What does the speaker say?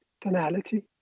tonality